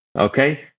Okay